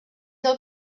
del